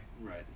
Right